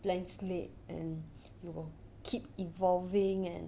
blank slate and will keep evolving and